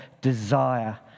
desire